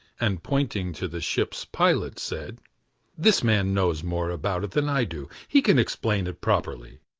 and pointing to the ship's pilot said this man knows more about it than i do. he can explain it properly.